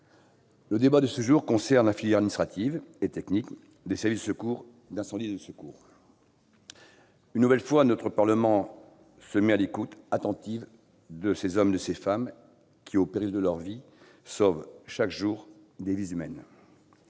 Le débat de ce jour concerne la filière administrative et technique des services d'incendie et de secours. Une nouvelle fois, le Parlement se met à l'écoute attentive de ces hommes et de ces femmes qui, au péril de la leur, sauvent, chaque jour, des vies humaines.